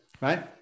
right